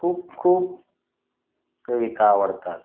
खूप खूप कविता आवडतात